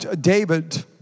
David